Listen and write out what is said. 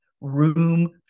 room